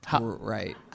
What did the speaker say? Right